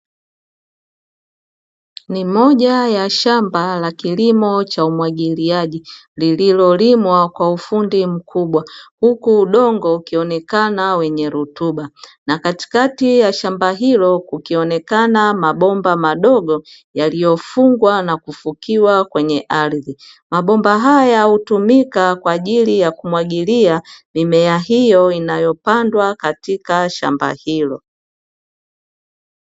Ni moja ya shamba la kilimo cha umwagiliaji lililolimwa kwa ufundi mkubwa huku udongo ukionekana wenye rutuba. Na katikati ya shamba hilo kukionekana mabomba madogo yaliyofungwa na kufukiwa kwenye ardhi. Mabomba haya hutumika kwa ajili ya kumwagilia mimea hiyo inayopandwa katika shamba hilo.